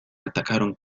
atacaron